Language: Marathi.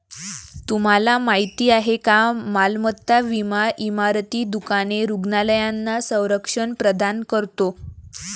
तुम्हाला माहिती आहे का मालमत्ता विमा इमारती, दुकाने, रुग्णालयांना संरक्षण प्रदान करतो